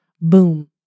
Boom